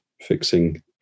fixing